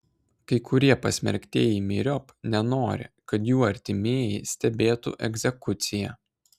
kai kurie pasmerktieji myriop nenori kad jų artimieji stebėtų egzekuciją